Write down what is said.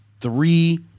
three